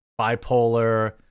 bipolar